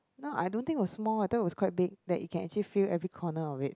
now I don't think was small I thought was quite big that can fit every corner of it